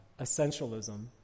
Essentialism